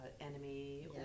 enemy